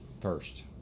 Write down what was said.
first